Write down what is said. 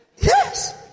Yes